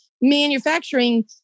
manufacturing